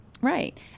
Right